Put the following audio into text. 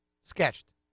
sketched